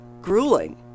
grueling